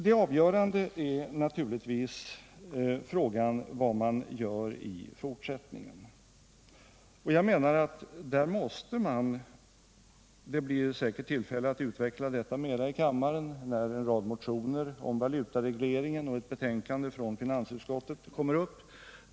Den avgörande frågan är naturligtvis vad man gör i fortsättningen. Det blir säkert tillfälle att utveckla detta mera i kammaren när en rad motioner om valutaregleringen och ett betänkande från finansutskottet kommer upp.